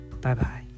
Bye-bye